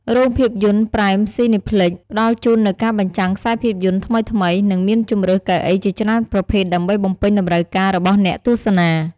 រោងភាពយន្ត ប្រែមស៊ីនេផ្លិច (Prime Cineplex) ផ្តល់ជូននូវការបញ្ចាំងខ្សែភាពយន្តថ្មីៗ និងមានជម្រើសកៅអីជាច្រើនប្រភេទដើម្បីបំពេញតម្រូវការរបស់អ្នកទស្សនា។